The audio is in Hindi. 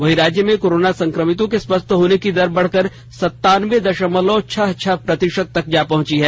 वहीं राज्य में कोरोना संक्रमितों के स्वस्थ होने का दर बढ़कर संतानब्बे दषमलव छह छह प्रतिशत तक जा पहुंचा है